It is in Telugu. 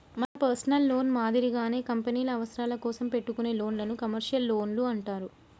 మన పర్సనల్ లోన్ మాదిరిగానే కంపెనీల అవసరాల కోసం పెట్టుకునే లోన్లను కమర్షియల్ లోన్లు అంటారు